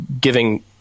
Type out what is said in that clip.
giving